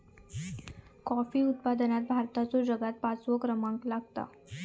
coffee उत्पादनात भारताचो जगात पाचवो क्रमांक लागता